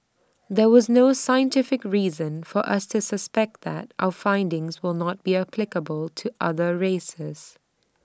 there was no scientific reason for us to suspect that our findings will not be applicable to other races